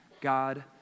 God